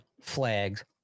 flags